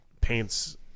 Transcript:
paints